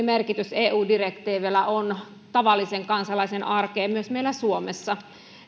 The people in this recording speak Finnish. merkitys eu direktiiveillä on tavallisen kansalaisen arkeen myös meillä suomessa